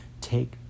take